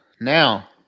Now